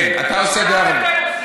כן, אתה עושה די הרבה.